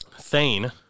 Thane